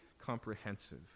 comprehensive